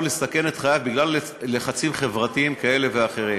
לסכן את חייו בגלל לחצים חברתיים כאלה ואחרים.